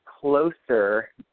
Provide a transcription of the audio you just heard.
closer